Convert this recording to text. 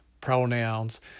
pronouns